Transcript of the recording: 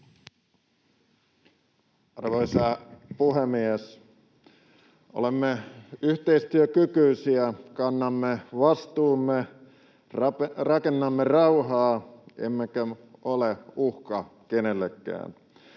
Arvoisa puhemies! Olemme yhteistyökykyisiä, kannamme vastuumme, rakennamme rauhaa emmekä ole uhka kenellekään.